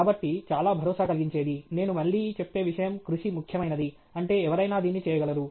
కాబట్టి చాలా భరోసా కలిగించేది నేను మళ్ళీ చెప్పే విషయం కృషి ముఖ్యమైనది అంటే ఎవరైనా దీన్ని చేయగలరు